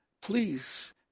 please